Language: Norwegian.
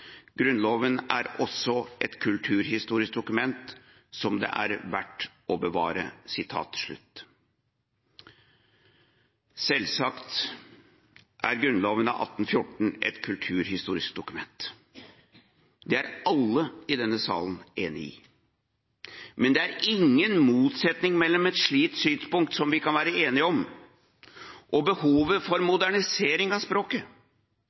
Grunnloven av 1814 et kulturhistorisk dokument. Det er alle i denne salen enig i. Men det er ingen motsetning mellom et slikt synspunkt som vi kan være enige om, og behovet for modernisering av språket.